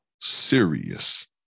serious